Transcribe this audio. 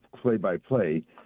play-by-play